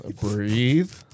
Breathe